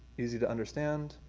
easy to understand,